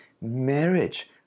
Marriage